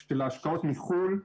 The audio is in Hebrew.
של השקעות מחו"ל.